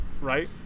Right